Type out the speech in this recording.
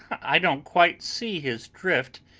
i don't quite see his drift,